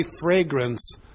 fragrance